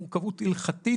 מורכבות הלכתית,